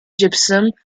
gypsum